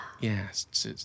Yes